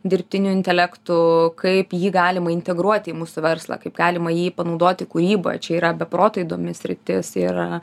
dirbtiniu intelektu kaip jį galima integruoti į mūsų verslą kaip galima jį panaudoti kūryba čia yra be proto įdomi sritis ir